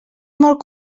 molt